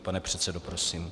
Pane předsedo, prosím.